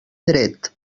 dret